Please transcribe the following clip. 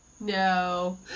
No